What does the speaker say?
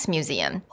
Museum